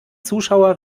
zuschauer